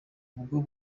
ubwo